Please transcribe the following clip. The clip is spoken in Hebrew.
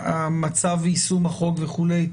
המצב ויישום החוק וכולי.